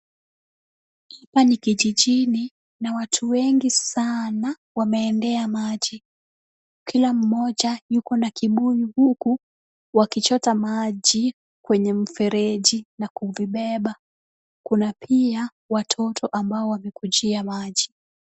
Hapa ni kijijini na watu wengi sana wameendea maji, kila mmoja yuko na kibuyu huku wakichota maji kwenye mfereji na kuvibeba, kuna pia watoto wamekujia maji.